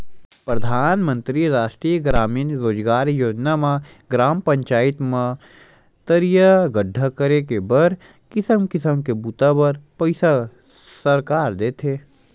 परधानमंतरी रास्टीय गरामीन रोजगार योजना म ग्राम पचईत म तरिया गड्ढ़ा करे के बर किसम किसम के बूता बर पइसा सरकार देथे